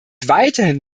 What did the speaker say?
weiterhin